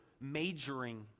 majoring